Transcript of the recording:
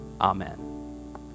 Amen